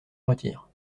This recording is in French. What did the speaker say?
retire